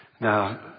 Now